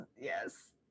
Yes